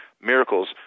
Miracles